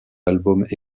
albums